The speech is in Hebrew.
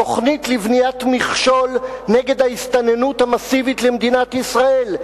תוכנית לבניית מכשול נגד ההסתננות המסיבית למדינת ישראל.